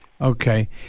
Okay